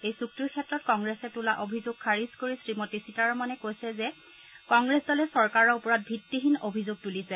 এই চুক্তিৰ ক্ষেত্ৰত কংগ্ৰেছে তোলা অভিযোগ খাৰিজ কৰি শ্ৰীমতী সীতাৰমণে কৈছে যে কংগ্ৰেছ দলে চৰকাৰৰ ওপৰত ভিত্তিহীন অভিযোগ তুলিছে